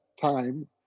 time